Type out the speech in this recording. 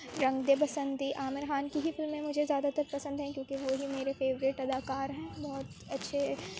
رنگ دے بسنتی عامر خان کی ہی فلمیں مجھے زیادہ تر پسند ہیں کیونکہ وہ ہی میرے فیورٹ اداکار ہیں بہت اچھے